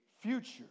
future